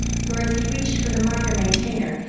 for, as he reached for the minor maintainer,